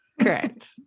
Correct